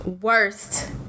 worst